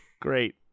Great